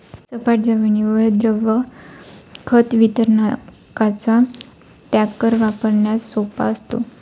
सपाट जमिनीवर द्रव खत वितरकाचा टँकर वापरण्यास सोपा असतो